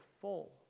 full